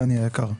דני היקר.